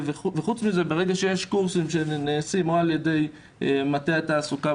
ברגע שיש קורסים שנעשים או על ידי מטה התעסוקה